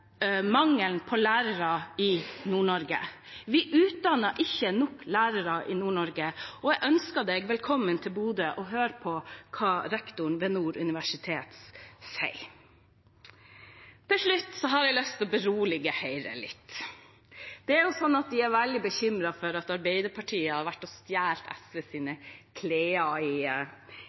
mangelen på lærere i Nord-Norge. Vi utdanner ikke nok lærere i Nord-Norge, og jeg ønsker deg velkommen til Bodø for å høre på hva rektoren ved Nord universitet sier. Til slutt har jeg lyst til å berolige Høyre litt. De er veldig bekymret for at Arbeiderpartiet har